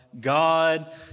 God